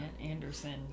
Anderson